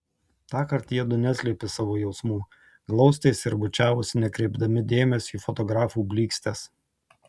tąkart jiedu neslėpė savo jausmų glaustėsi ir bučiavosi nekreipdami dėmesio į fotografų blykstes